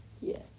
Yes